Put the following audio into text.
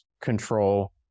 control